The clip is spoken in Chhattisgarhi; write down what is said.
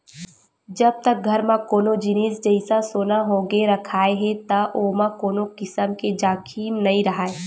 जब तक घर म कोनो जिनिस जइसा सोना होगे रखाय हे त ओमा कोनो किसम के जाखिम नइ राहय